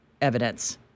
Evidence